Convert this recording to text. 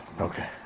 Okay